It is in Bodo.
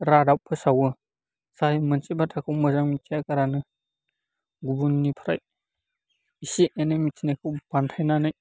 रादाब फोसावो जाय मोनसे बाथ्राखौ मोजां मिथियागारानो गुबुननिफ्राय इसे एनै मिथिनायखौ बानथायनानै